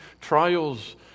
trials